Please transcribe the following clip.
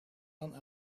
dan